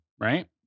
right